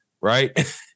right